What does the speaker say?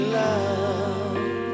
love